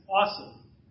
awesome